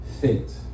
fit